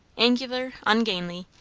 angular, ungainly,